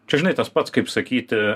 čia žinai tas pats kaip sakyti